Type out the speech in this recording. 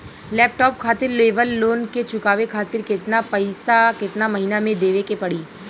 Laptop खातिर लेवल loan के चुकावे खातिर केतना पैसा केतना महिना मे देवे के पड़ी?